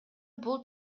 бул